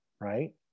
right